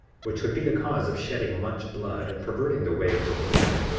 which would be the cause of shedding much blood and perverting the way of the lord,